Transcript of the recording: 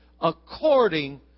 according